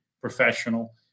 professional